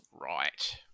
Right